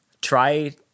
try